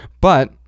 but-